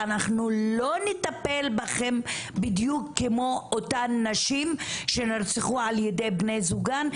אנחנו לא נטפל בכן בדיוק כמו אותן נשים שנרצחו על ידי בני זוגן,